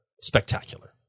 spectacular